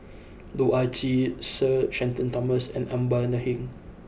Loh Ah Chee Sir Shenton Thomas and Amanda Heng